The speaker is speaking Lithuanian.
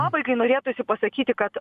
pabaigai norėtųsi pasakyti kad